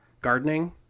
gardening